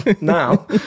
now